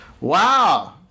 wow